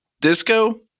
Disco